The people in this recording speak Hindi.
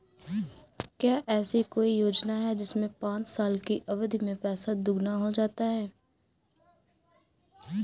क्या ऐसी कोई योजना है जिसमें पाँच साल की अवधि में पैसा दोगुना हो जाता है?